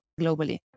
globally